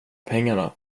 pengarna